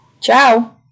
Ciao